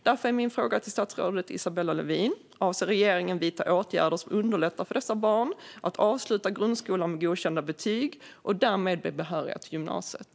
Därför är min fråga till statsrådet Isabella Lövin: Avser regeringen att vidta åtgärder som underlättar för dessa barn att avsluta grundskolan med godkända betyg och därmed bli behöriga till gymnasiet?